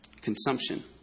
Consumption